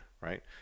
right